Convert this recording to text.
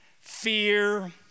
fear